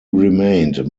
remained